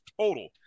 total